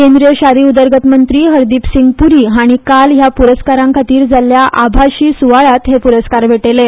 केंद्रीय शारी उदरगत मंत्री हरदीप सिंग प्री हाणीं काल हया प्रस्कारांखातीर जाल्ल्या आभासी सुवाळ्यांत हे पुरस्कार भेटयले